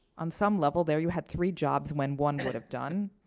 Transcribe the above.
on some level there, you had three jobs when one would have done.